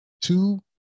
Two